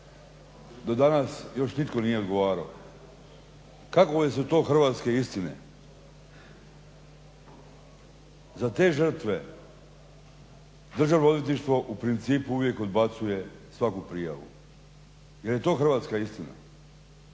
do danas još nitko nije odgovarao. Kakve su to hrvatske istine? Za te žrtve Državno odvjetništvo u principu uvijek odbacuje svaku prijavu. Jel je to hrvatska istina?